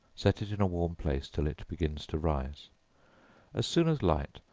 set it in a warm place till it begins to rise as soon as light,